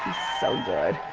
so good.